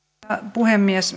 puhemies